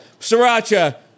Sriracha